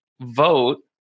vote